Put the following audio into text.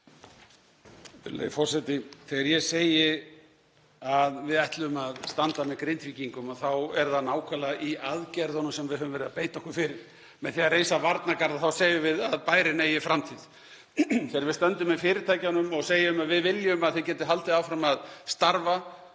Þegar ég segi að við ætlum að standa með Grindvíkingum þá er það nákvæmlega í aðgerðunum sem við höfum verið að beita okkur fyrir. Með því að reisa varnargarða þá segjum við að bærinn eigi framtíð. Þegar við stöndum með fyrirtækjunum og segjum að við viljum að þau geti haldið áfram að starfa